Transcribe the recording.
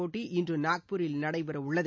போட்டிஇன்று நாக்பூரில் நடைபெறவுள்ளது